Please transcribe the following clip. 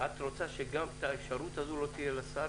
את רוצה שגם את האפשרות הזו לא תהיה לשר